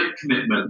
commitment